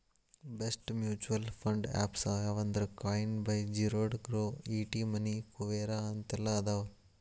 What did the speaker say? best mutual fund apps ಯಾವಂದ್ರಾ Coin by Zerodha Groww ET money Kuvera ಅಂತೆಲ್ಲಾ ಅದಾವ